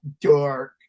dark